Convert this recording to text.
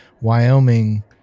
wyoming